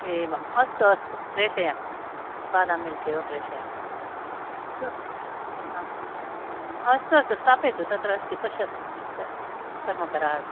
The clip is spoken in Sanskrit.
एवम् अस्तु अस्तु प्रेषयामि बादां मिल्क् एव प्रेषयामि अस्तु हा अस्तु अस्तु स्थापयतु तत्र अस्ति पश्यतु कर्मकरः अस्ति